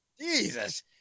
Jesus